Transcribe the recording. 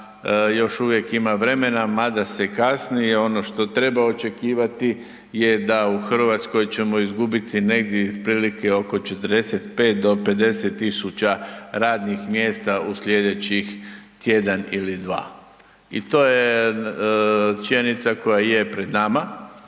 još uvijek ima vremena mada se kasni. Ono što treba očekivati je da u Hrvatskoj ćemo izgubiti negdje otprilike 45 do 50 tisuća radnih mjesta u sljedećih tjedan ili dva i to je činjenica koja je pred nama.